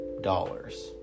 dollars